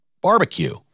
barbecue